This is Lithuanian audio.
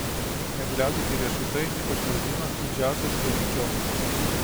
negliaudyti riešutai ypač lazdyno didžiausias genių džiaugsmas